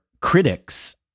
critics